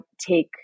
take